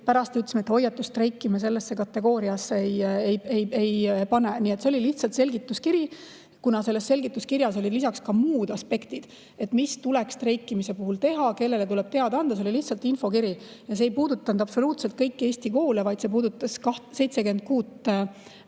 pärast ütlesime, et hoiatusstreiki me sellesse kategooriasse ei pane. Nii et see oli lihtsalt selgituskiri. Kuna selles selgituskirjas olid ka muud aspektid – mida tuleks streikimise puhul teha, kellele tuleks teada anda ja nii edasi –, siis see oli lihtsalt infokiri. Ja see ei puudutanud üldse kõiki Eesti koole, vaid see puudutas 76